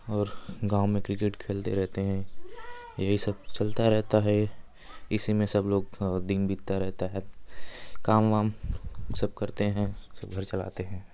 और गाँव में क्रिकट खेलते रहते हैं यही सब चलता रहता हए इसी में सब लोग दिन बीतता रहता है काम वाम सब करते हैं सब घर चलाते हैं